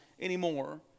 anymore